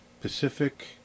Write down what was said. pacific